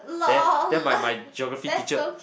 then then my my Geography teacher